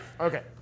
Okay